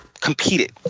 competed